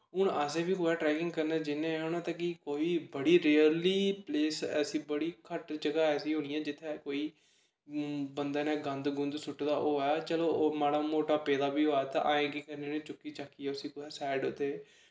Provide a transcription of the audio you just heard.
हून असें बी कुदै ट्रैकिंग करने जन्ने आं ते कोई बड़ी रेरली प्लेस ऐसी बड़ी घट्ट जगह् ऐसी होनी ऐ जित्थें कोई बंदे ने गंद गुंद सुट्टे दा होऐ चलो ओह् माड़ा मोटा पेदा बी होऐ ते अस केह् करने होने चुक्की चक्कियै उसी कुदै साइड ते